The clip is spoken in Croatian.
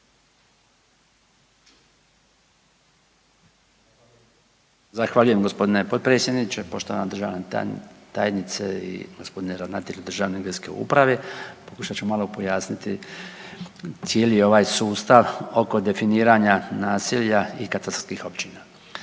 Zahvaljujem g. potpredsjedniče, poštovana državna tajnice i g. ravnatelju državne .../Govornik se ne razumije./... uprave, pokušat ću malo pojasniti cijeli ovaj sustav oko definiranja naselja i katastarskih općina.